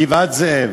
בגבעת-זאב,